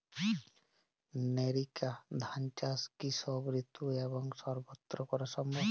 NERICA ধান চাষ কি সব ঋতু এবং সবত্র করা সম্ভব?